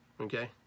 Okay